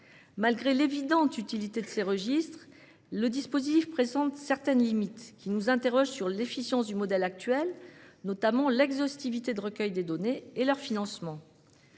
Malgré l'évidente utilité des registres existants, le dispositif présente certaines limites, qui nous interrogent sur l'efficience du modèle actuel, notamment l'exhaustivité du recueil des données et leur financement.